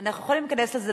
אנחנו יכולים להיכנס לזה,